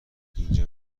اینجا